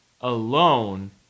alone